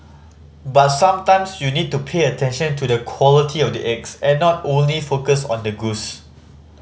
but sometimes you need to pay attention to the quality of the eggs and not closed focus on the goose